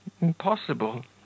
impossible